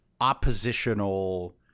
oppositional